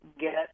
get